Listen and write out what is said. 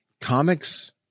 Comics